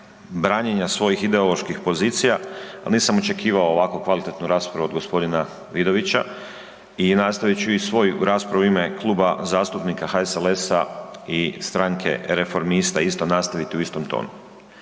branjenja svojih ideoloških pozicija, al nisam očekivao ovako kvalitetnu raspravu od gospodina Vidovića i nastavit ću i svoju raspravu u ime Kluba zastupnika HSLS-a i Strane reformista isto nastaviti u istom tonu.